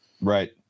right